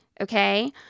okay